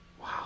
Wow